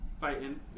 fighting